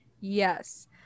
Yes